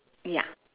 ya